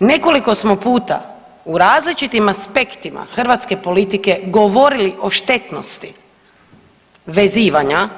Nekoliko smo puta u različitim aspektima hrvatske politike govorili o štetnosti vezivanja,